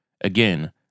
Again